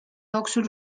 jooksul